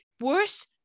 worse